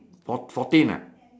four fourteen ah